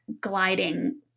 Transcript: gliding